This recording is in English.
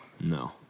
No